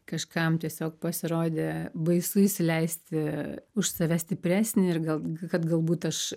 kažkam tiesiog pasirodė baisu įsileisti už save stipresnį ir gal kad galbūt aš